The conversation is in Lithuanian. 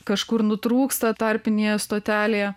kažkur nutrūksta tarpinėje stotelėje